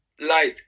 light